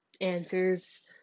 answers